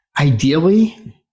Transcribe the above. ideally